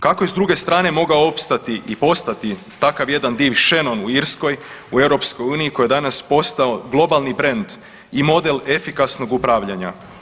Kako je s druge strane mogao opstati i postati takav jedan div Shannon u Irskoj u EU koji je danas postao globalni brend i model efikasnog upravljanja.